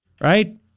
Right